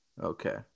Okay